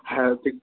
হ্যাঁ ঠিক